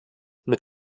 mit